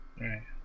right